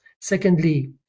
Secondly